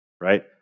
right